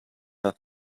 her